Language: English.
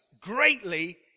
greatly